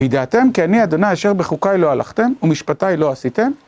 וידעתם כי אני ה' אשר בחוקיי לא הלכתם ומשפטיי לא עשיתם